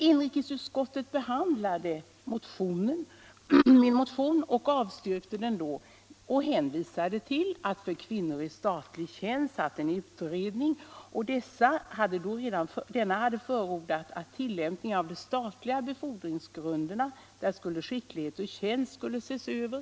Inrikesutskottet, som behandlade min motion 1975, avstyrkte den och hänvisade till att det fanns en utredning om kvinnor i statlig tjänst och att denna hade förordat att tillämpning av de statliga befordringsgrunderna skicklighet och förtjänst skulle ses över.